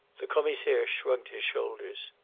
the commissaire shrugged his shoulders.